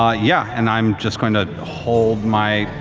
ah yeah, and i'm just going to hold my,